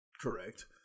correct